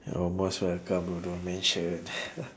you are most welcome oh don't mention